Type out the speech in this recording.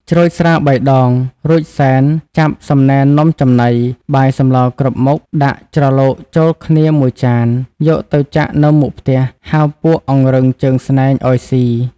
ច្រូចស្រា៣ដងរួចសែនចាប់សំណែននំចំណី បាយសម្លរគ្រប់មុខ ដាក់ច្រឡូកចូលគ្នាមួយចាន យកទៅចាក់នៅមុខផ្ទះ ហៅពួកអង្រឹងជើងស្នែងឱ្យស៊ី។